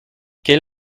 quel